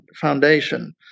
foundation